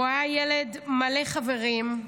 הוא היה ילד מלא חברים.